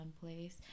place